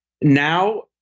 now